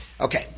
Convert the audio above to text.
Okay